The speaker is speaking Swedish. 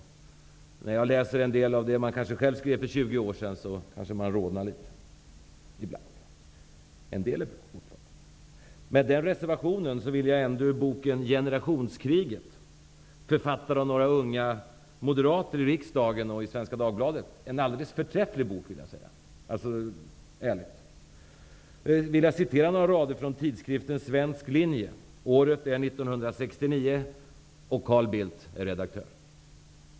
När jag läser det jag själv skrev för 20 år sedan rodnar jag litet ibland. Med denna reservation vill jag ändå hänvisa till boken en alldeles förträfflig bok! Vidare har vi tidskriften Svensk linje. Året är 1969, och Carl Bildt är redaktör.